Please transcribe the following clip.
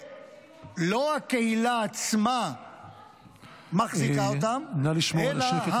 ולא הקהילה עצמה מחזיקה אותם -- נא לשמור על השקט.